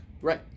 Right